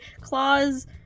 claws